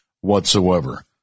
whatsoever